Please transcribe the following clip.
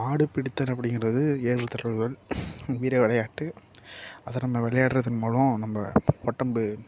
மாடு பிடித்தல் அப்படிங்கறது ஏறு தழுவுதல் வீர விளையாட்டு அதை நம்ம விளையாட்றது மூலம் நம்ம உடம்பு